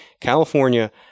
California